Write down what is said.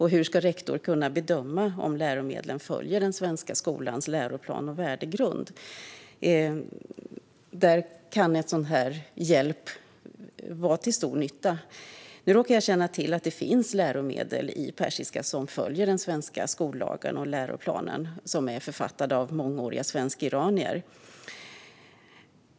Hur ska rektor kunna bedöma om läromedlen följer den svenska skolans läroplan och värdegrund? Där kan en sådan hjälp vara till stor nytta. Nu råkar jag känna till att det finns läromedel i persiska som följer den svenska skollagen och läroplanen författade av mångåriga svensk-iranier.